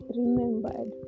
remembered